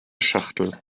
schachtel